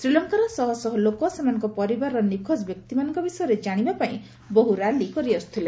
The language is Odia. ଶ୍ରୀଲଙ୍କାର ଶହଶହ ଲୋକ ସେମାନଙ୍କ ପରିବାରର ନିଖୋଜ ବ୍ୟକ୍ତିମାନଙ୍କ ବିଷୟରେ ଜାଶିବା ପାଇଁ ବହୁ ର୍ୟାଲି କରିଆସୁଥିଲେ